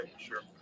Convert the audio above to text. sure